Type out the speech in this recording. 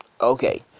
Okay